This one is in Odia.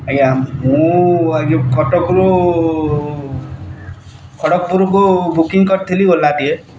ଆଜ୍ଞା ମୁଁ କଟକରୁ ଖଡ଼ଗ୍ପୁରୁକୁ ବୁକିଂ କରିଥିଲି ଓଲାଟିଏ